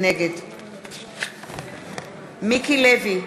נגד מיקי לוי,